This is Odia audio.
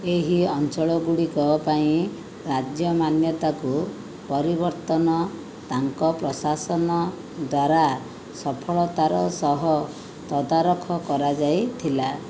ଏହି ଅଞ୍ଚଳଗୁଡ଼ିକ ପାଇଁ ରାଜ୍ୟ ମାନ୍ୟତାକୁ ପରିବର୍ତ୍ତନ ତାଙ୍କ ପ୍ରଶାସନ ଦ୍ୱାରା ସଫଳତାର ସହ ତଦାରଖ କରାଯାଇଥିଲା